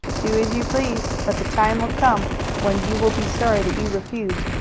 do as you please, but the time will come when you will be sorry that you refused.